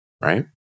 right